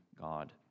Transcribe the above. God